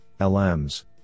LMs